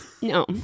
no